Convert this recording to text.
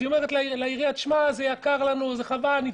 אז היא אומרת לעירייה: זה יקר לנו, חבל.